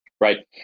right